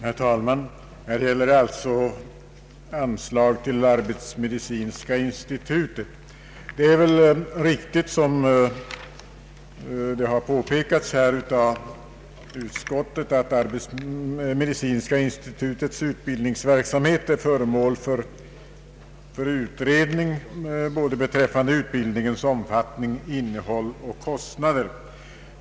Herr talman! Här gäller det alltså anslag till Arbetsmedicinska institutet. Det är riktigt som utskottet påpekar att Arbetsmedicinska institutets utbildningsverksamhet är föremål för utredning beträffande utbildningens omfattning, innehåll och kostnader.